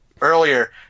earlier